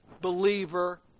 believer